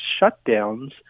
shutdowns